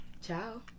Ciao